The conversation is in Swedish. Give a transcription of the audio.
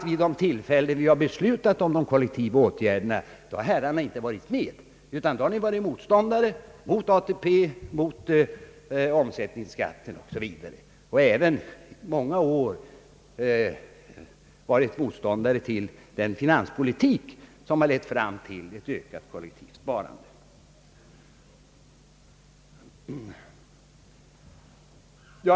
Vid de tillfällen vi beslutat om de kollektiva åtgärderna, har herrarna inte varit med, utan varit motståndare: mot ATP, mot omsättningsskatten o. s. v. Och ni har i många år varit motståndare mot den finanspolitik som lett fram till ett ökat kollektivt sparande.